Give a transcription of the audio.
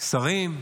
שרים,